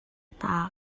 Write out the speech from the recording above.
hna